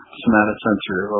somatosensory